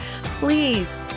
please